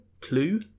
clue